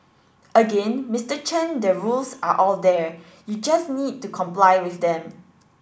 again Mister Chen the rules are all there you just need to comply with them